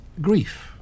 grief